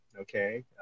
okay